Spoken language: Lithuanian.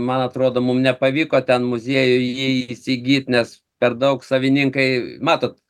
man atrodo mum nepavyko ten muziejui jį įsigyt nes per daug savininkai matot